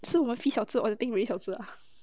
是 murphy 小只 or you think we 小只啊